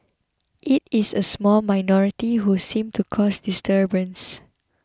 it is a small minority who seem to cause disturbance